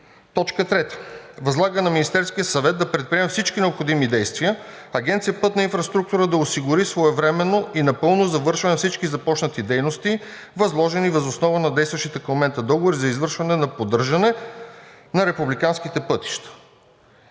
2022 г. 3. Възлага на Министерския съвет да предприеме всички необходими действия Агенция „Пътна инфраструктура“ да осигури своевременно и напълно завършване на всички започнати дейности, възложени въз основа на действащите към момента договори за извършване на поддържане (превантивно, текущо,